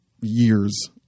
years